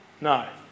No